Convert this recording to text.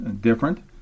different